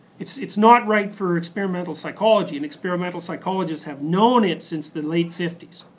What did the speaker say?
it's it's not right for experimental psychology, and experimental psychologists have known it since the late fifties.